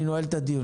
אני נועל את הדיון.